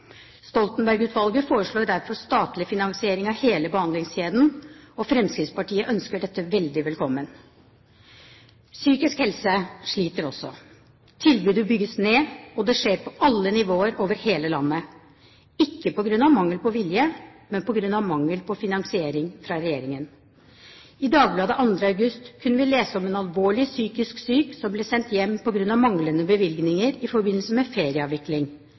Stoltenberg-utvalget foreslår derfor statlig finansiering av hele behandlingskjeden, og Fremskrittspartiet ønsker dette veldig velkommen. Psykisk helse sliter også. Tilbudet bygges ned. Det skjer på alle nivåer over hele landet – ikke på grunn av mangel på vilje, men på grunn av mangel på finansiering fra regjeringen. I Dagbladet 2. august kunne vi lese om en alvorlig psykisk syk som ble sendt hjem på grunn av manglende bevilgninger i forbindelse med ferieavvikling.